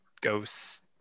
ghost